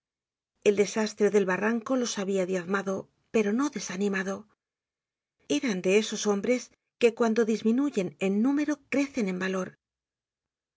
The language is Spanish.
el desastre del barranco los habia diezmado pero no desanimado eran de esos hombres que cuando disminuyen en número crecen en valor